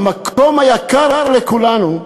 המקום היקר לכולנו,